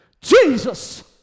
Jesus